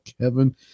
Kevin